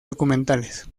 documentales